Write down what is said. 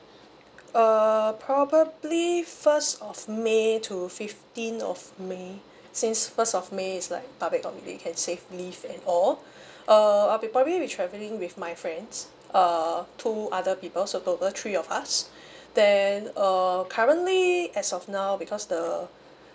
err probably first of may to fifteen of may since first of may is like public holiday can save leave and all err I'll be probably be travelling with my friends uh two other people so total three of us then uh currently as of now because the